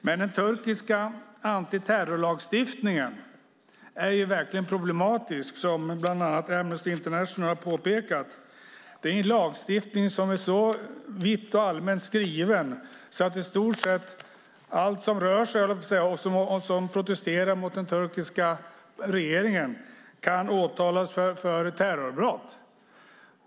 Men den turkiska antiterrorlagstiftningen är verkligen problematisk, vilket bland annat Amnesty International har påpekat. Det är en lagstiftning som är så vitt och allmänt skriven att i stort sett allt som rör sig, höll jag på att säga, och som protesterar mot den turkiska regeringen kan åtalas för terrorbrott.